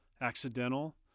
accidental